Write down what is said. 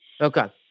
Okay